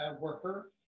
worker